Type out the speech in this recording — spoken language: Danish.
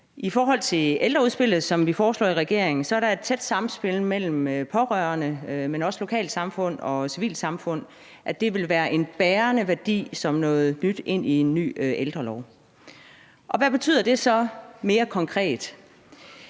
I forhold til ældreudspillet, som regeringen har foreslået, er der et tæt samspil mellem pårørende og lokalsamfundet og civilsamfundet, og det vil som noget nyt være en bærende værdi i en ny ældrelov. Hvad betyder det så mere konkret?